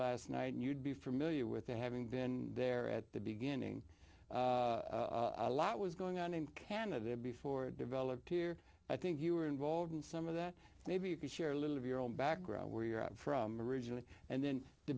last night and you'd be familiar with the having been there at the beginning a lot was going on in canada before developed here i think you were involved in some of that maybe you could share a little of your own background where you're out from originally and then the